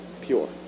pure